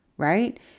right